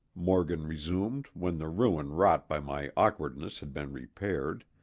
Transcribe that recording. morgan resumed when the ruin wrought by my awkwardness had been repaired,